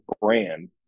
brand